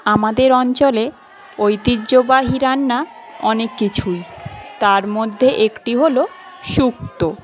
আমাদের অঞ্চলে ঐতিহ্যবাহী রান্না অনেক কিছুই তার মধ্যে একটি হল সুক্তো